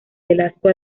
velasco